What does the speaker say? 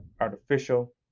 artificial